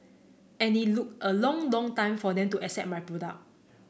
and it look a long long time for them to accept my product